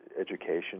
education